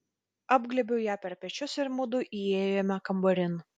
apglėbiau ją per pečius ir mudu įėjome kambarin